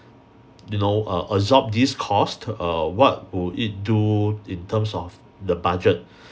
you know uh absorb this cost err what would it do in terms of the budget